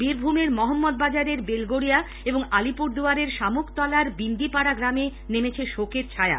বীরভূমের মহম্মদ বাজারের বেলগড়িয়া এবং আলিপুরদুয়ারের শামুকতলার বিন্দিপাড়া গ্রামে নেমেছে শোকের ছায়া